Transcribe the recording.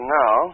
now